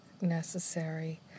necessary